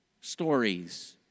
Stories